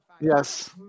Yes